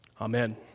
Amen